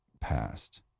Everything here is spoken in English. past